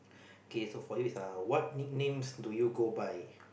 K so for you is uh what nicknames do you go by